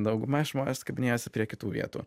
dauguma žmonės kabinėjasi prie kitų vietų